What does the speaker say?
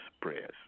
prayers